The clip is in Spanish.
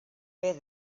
pez